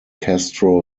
castro